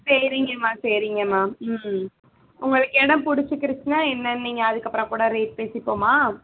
சரிங்கமா சரிங்கமா ம் உங்களுக்கு இடம் பிடிச்சுகிருச்சுனா என்னென்னு நீங்கள் அதுக்கப்பறம் கூட ரேட் பேசிப்போமா